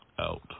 out